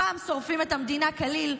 הפעם, שורפים את המדינה כליל.